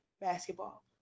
basketball